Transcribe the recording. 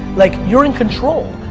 like you're in control.